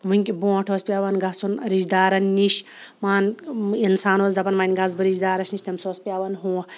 وٕنۍ کہِ بروںٛٹھ اوس پٮ۪وان گژھُن رِشتہٕ دارَن نِش مان اِنسان اوس دَپان وۄنۍ گژھٕ بہٕ رِشتہٕ دارَس نِش تٔمِس اوس پٮ۪وان ہُہ